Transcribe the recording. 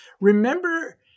Remember